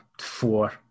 four